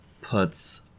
puts